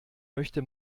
möchte